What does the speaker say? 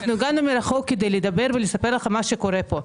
אנחנו הגענו מרחוק כדי לדבר ולספר לכם מה שקורה פה.